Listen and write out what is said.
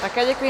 Také děkuji.